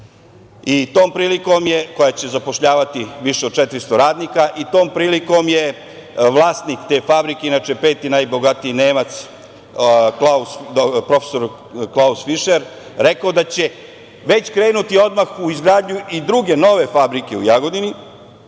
fabrika „Fišer“, koja će zapošljavati više od 400 radnika. Tom prilikom je vlasnik te fabrike, inače peti najbogatiji Nemac, prof. Klaus Fišer, rekao da će već krenuti odmah u izgradnju i druge nove fabrike u Jagodini